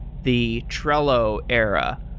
the trello era,